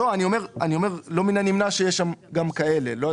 לא מן הנמנע שיש שם גם כאלה.